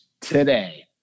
today